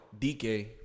DK